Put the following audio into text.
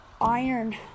Iron